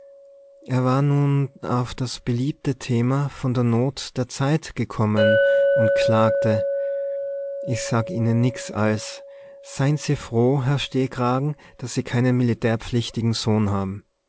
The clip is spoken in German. er war nun auf das beliebte thema von der not der zeit gekommen und klagte ich sag ihnen nix als sein se froh herr stehkragen daß se keinen militärpflichtigen sohn haben